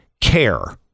care